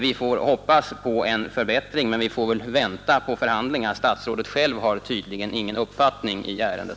Vi får hoppas på en förbättring men måste vänta på förhandlingar; statsrådet själv har tydligen för dagen ingen uppfattning i ärendet.